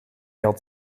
had